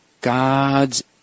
God's